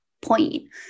point